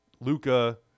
Luca